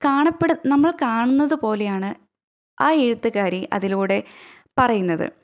കാണപ്പെടു നമ്മള് കാണുന്നത് പോലെയാണ് ആ എഴുത്തുകാരി അതിലൂടെ പറയുന്നത്